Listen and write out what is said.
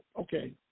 Okay